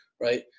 right